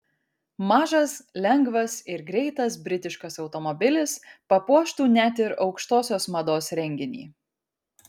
mažas lengvas ir greitas britiškas automobilis papuoštų net ir aukštosios mados renginį